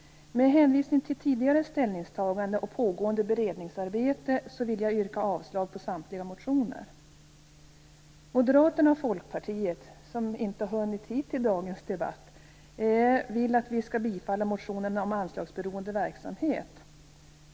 Med hänvisning till tidigare ställningstaganden och pågående beredningsarbete vill jag yrka avslag på samtliga motioner. Moderaterna och Folkpartiet, som inte har hunnit hit till dagens debatt, vill att vi skall bifalla motionen om anslagsberoende verksamhet.